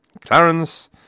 Clarence